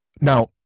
Now